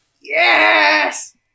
Yes